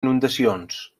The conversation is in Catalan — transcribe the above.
inundacions